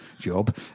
job